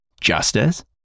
justice